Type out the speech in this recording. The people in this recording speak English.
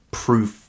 proof